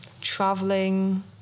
traveling